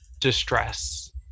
distress